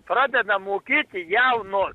pradedam mokėti jaunus